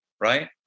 right